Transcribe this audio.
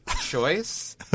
choice